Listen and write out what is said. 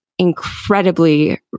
incredibly